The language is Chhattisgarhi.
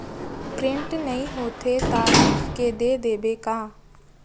प्रिंट नइ होथे ता लिख के दे देबे का?